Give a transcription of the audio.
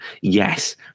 Yes